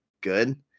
good